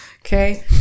Okay